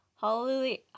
Hallelujah